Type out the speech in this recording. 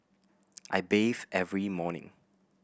I bathe every morning